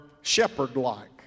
shepherd-like